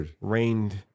rained